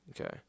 Okay